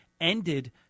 ended